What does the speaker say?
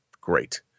great